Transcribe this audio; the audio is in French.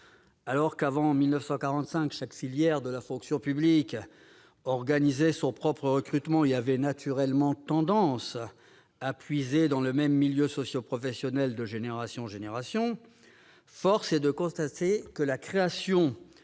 Alors qu'avant 1945 chaque filière de la fonction publique organisait son propre recrutement et avait naturellement tendance à puiser dans le même milieu socioprofessionnel de génération en génération, force est de constater que la création